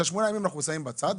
את ה-8 ימים אנחנו שמים בצד.